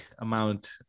amount